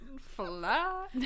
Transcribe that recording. fly